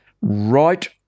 Right